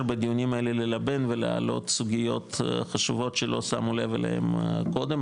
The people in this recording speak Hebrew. בדיונים האלה ללבן ולהעלות סוגיות חשובות שלא שמו לב אליהם קודם,